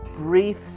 Brief